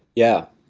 yeah.